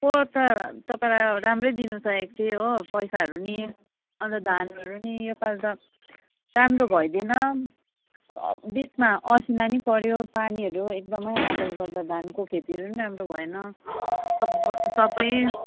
पोहोर त तपाईँलाई अब राम्रै दिनु चाहेको थिए हो पैसाहरू नि अन्त धानहरू नि यो पालि त राम्रो भइदिएन बिचमा असिना नि पऱ्यो पानीहरू एकदमै आएकोले गर्दा धानको खेतीहरू पनि राम्रो भएन सब सबै